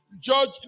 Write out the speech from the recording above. Judge